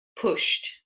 pushed